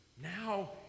Now